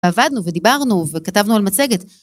עבדנו, ודיברנו, וכתבנו על מצגת.